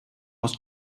was